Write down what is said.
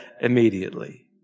immediately